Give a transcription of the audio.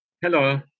Hello